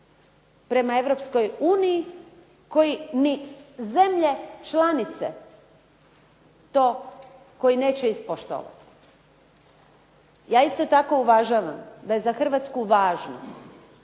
prema Europskoj uniji, koji ni zemlje članice to koji neće ispoštovati. Ja isto tako uvažavam da je za Hrvatsku važno